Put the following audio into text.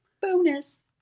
Bonus